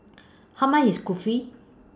How much IS Kulfi